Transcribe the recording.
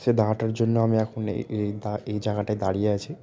সে দাঁড়াটার জন্য আমি এখন এই এই দ এই জায়গাটায় দাঁড়িয়ে আছি